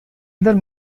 other